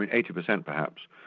but eighty percent perhaps,